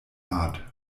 art